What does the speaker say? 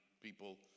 people